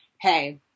hey